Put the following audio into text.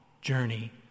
journey